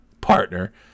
Partner